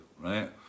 right